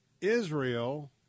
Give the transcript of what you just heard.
Israel